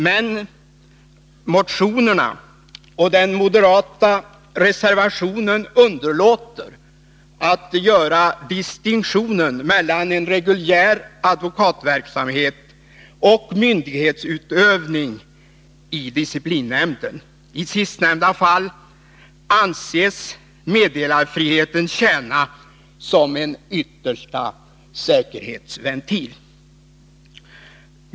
Men motionerna och den moderata reservationen underlåter att göra distinktionen mellan en reguljär advokatverksamhet och myndighetutövning i disciplinnämnden. I sistnämnda fall anses meddelarfriheten tjäna såsom en yttersta säkerhetsventil.